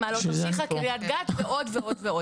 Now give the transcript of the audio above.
מעלות תרשיחא, קריית גת ועוד ועוד.